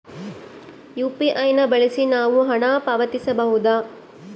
UPI ಬಳಸಿ ನಾವು ಹಣ ಪಾವತಿಸಬಹುದಾ?